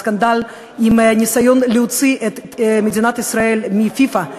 הסקנדל של הניסיון להוציא את מדינת ישראל מפיפ"א,